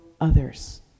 others